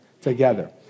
together